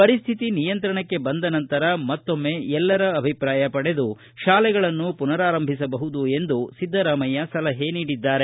ಪರಿಸ್ಥಿತಿ ನಿಯಂತ್ರಣಕ್ಕೆ ಬಂದ ನಂತರ ಮತ್ತೊಮ್ಮೆ ಎಲ್ಲರ ಅಭಿಪ್ರಾಯ ಪಡೆದು ಶಾಲೆಗಳನ್ನು ಪುನರಾರಂಭಿಸಬಹುದು ಎಂದು ಸಿದ್ದರಾಮಯ್ಯ ಸಲಹೆ ನೀಡಿದ್ದಾರೆ